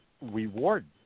reward